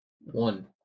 One